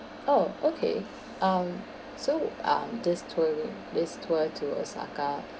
oh okay um so um this tour this tour to osaka